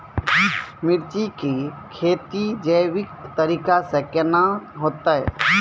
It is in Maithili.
मिर्ची की खेती जैविक तरीका से के ना होते?